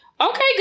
Okay